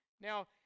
Now